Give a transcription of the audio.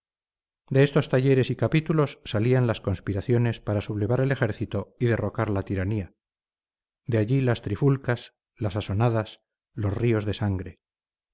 de estos talleres y capítulos salían las conspiraciones para sublevar el ejército y derrocar la tiranía de allí las trifulcas las asonadas los ríos de sangre